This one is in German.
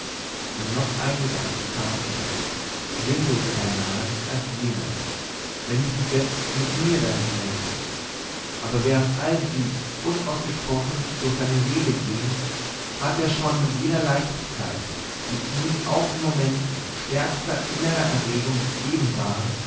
und noch ein gedanke kam ihm sinnloser beinahe als jener wenn ich dich jetzt mit mir dahin nähme aber während all dies unausgesprochen durch seine seele ging hatte er schon mit jener leichtigkeit die ihm auch in momenten stärkster innerer erregung gegeben war